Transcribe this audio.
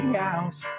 house